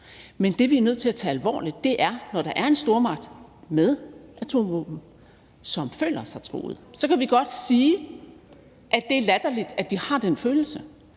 Men det, vi er nødt til at tage alvorligt, er, når der er en stormagt med atomvåben, som føler sig truet. Så kan vi godt sige, at det er latterligt, at de har den følelse,